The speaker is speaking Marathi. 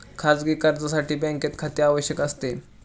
खाजगी कर्जासाठी बँकेत खाते आवश्यक असते